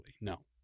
No